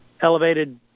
elevated